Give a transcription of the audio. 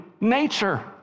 nature